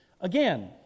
Again